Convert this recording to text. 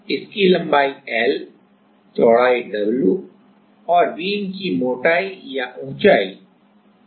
तो इसकी लंबाई L चौड़ाई W और बीम की मोटाई या ऊंचाई H है